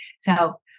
So-